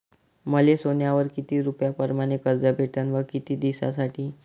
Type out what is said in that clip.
मले सोन्यावर किती रुपया परमाने कर्ज भेटन व किती दिसासाठी?